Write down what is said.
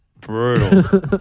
brutal